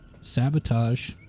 Sabotage